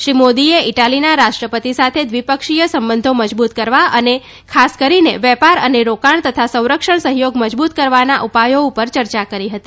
શ્રી મોદીએ ઇટાલીના રાષ્ટ્રપતિ સાથે દ્વિપક્ષીય સંબંધો મજબુત કરવા સાથે ખાસ કરીને વેપાર અને રોકાણ તથા સંરક્ષણ સહયોગ મજબુત કરવાના ઉપાયો ઉપર ચર્ચા કરી હતી